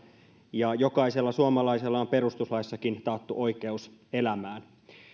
ja jokaisella suomalaisella on perustuslaissakin taattu oikeus elämään